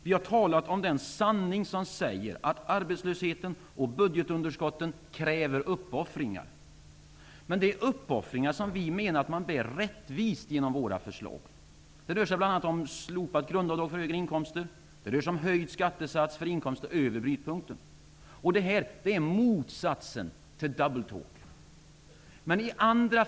Vi har talat om den sanning som säger att arbetslösheten och budgetunderskotten kräver uppoffringar. Men det är uppoffringar som vi menar att man genom våra förslag bär rättvist. Det rör sig bl.a. om slopat grundavdrag för högre inkomster. Det rör sig om höjd skattesats för inkomster över brytpunkten. Detta är motsatsen till ''double talk''.